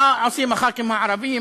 מה עושים הח"כים הערבים?